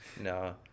No